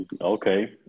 okay